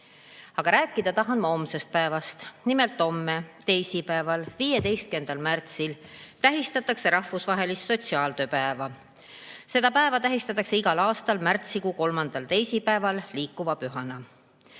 rääkida tahan ma homsest päevast. Nimelt homme, teisipäeval, 15. märtsil tähistatakse rahvusvahelist sotsiaaltööpäeva. Seda päeva tähistatakse igal aastal märtsikuu kolmandal teisipäeval liikuva pühana.